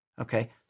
Okay